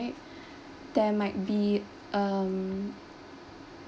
there might be um